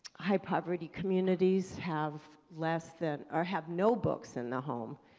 high poverty communities have less than or have no books in the home.